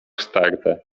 starte